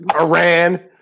Iran